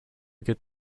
good